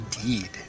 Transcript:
Indeed